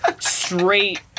straight